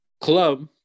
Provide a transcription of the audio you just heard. club